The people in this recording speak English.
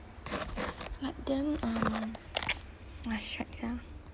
but then um must check sia